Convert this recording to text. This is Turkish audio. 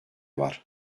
var